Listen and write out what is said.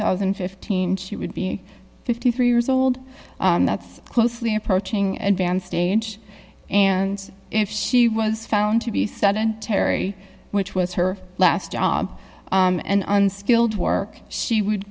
thousand and fifteen she would be fifty three years old that's closely approaching advanced age and if she was found to be sudden terri which was her last job and unskilled work she would